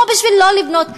או בשביל לא לבנות,